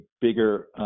bigger